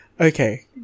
Okay